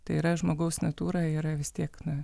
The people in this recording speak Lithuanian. tai yra žmogaus natūra yra vis tiek na